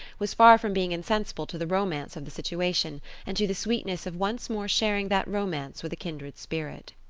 was far from being insensible to the romance of the situation and to the sweetness of once more sharing that romance with a kindred spirit.